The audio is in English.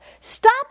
Stop